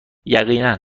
یقینا